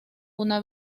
una